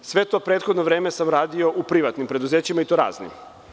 Sve to prethodno vreme sam radio u privatnim preduzećima, i to raznim.